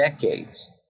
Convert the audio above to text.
decades